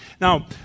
Now